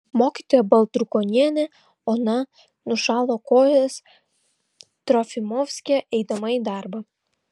mokytoja baltrukonienė ona nušalo kojas trofimovske eidama į darbą